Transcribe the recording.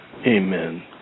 Amen